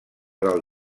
del